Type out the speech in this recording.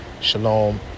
Shalom